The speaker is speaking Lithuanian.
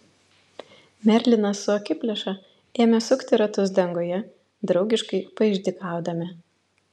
merlinas su akiplėša ėmė sukti ratus danguje draugiškai paišdykaudami